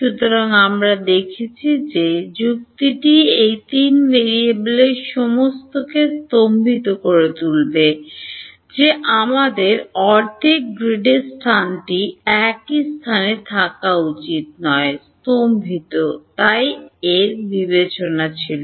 সুতরাং আমরা দেখেছি যে যুক্তিটি এই 3 টি ভেরিয়েবলের সমস্তকে স্তম্ভিত করে তুলবে যে আমাদের অর্ধেক গ্রিডের স্থানটি একই স্থানে থাকা উচিত না স্তম্ভিত এটা এক বিবেচনা ছিল